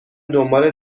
دنبال